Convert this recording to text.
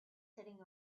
sitting